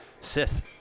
Sith